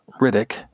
Riddick